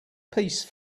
piece